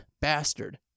bastard